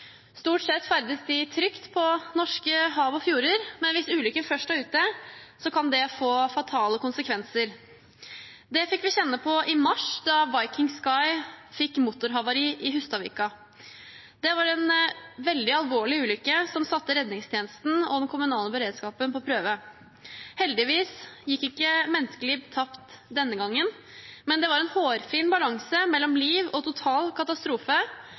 Stort sett ferdes de trygt på norske hav og fjorder, men hvis ulykken først er ute, kan det få fatale konsekvenser. Det fikk vi kjenne på i mars, da MS «Viking Sky» fikk motorhavari i Hustadvika. Det var en veldig alvorlig ulykke som satte redningstjenesten og den kommunale beredskapen på prøve. Heldigvis gikk ikke menneskeliv tapt denne gangen, men det var en hårfin balanse mellom liv og total katastrofe